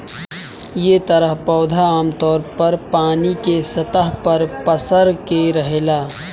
एह तरह पौधा आमतौर पर पानी के सतह पर पसर के रहेला